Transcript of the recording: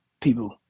people